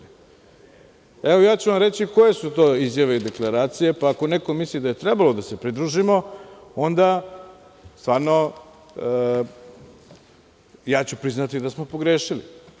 Ja ću vam reći koje su to izjave i dekleracije, pa ako neko misli da je trebalo da se pridružimo, onda stvarno, ja ću priznati da smo pogrešili.